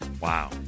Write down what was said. Wow